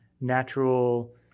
natural